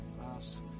ask